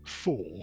Four